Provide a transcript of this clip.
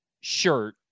shirt